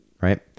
right